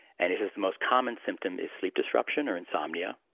and he says the most common symptom is sleep disruption or insomnia.